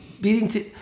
beating